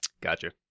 Gotcha